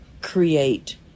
create